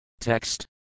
Text